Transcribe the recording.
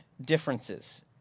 differences